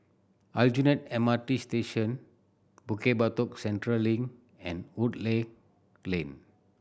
Aljunied M R T Station Bukit Batok Central Link and Woodleigh Lane